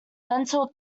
mental